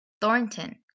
Thornton